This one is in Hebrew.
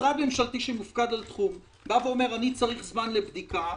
משרד ממשלתי שמופקד על תחום אומר: אני צריך זמן לבדיקה,